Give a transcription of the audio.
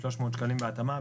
300 שקלים בהתאמה,